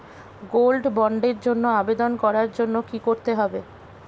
Gold বন্ডের জন্য আবেদন করার জন্য কি করতে হবে?